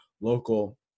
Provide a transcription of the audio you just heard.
local